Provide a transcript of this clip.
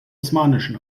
osmanischen